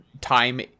time